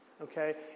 okay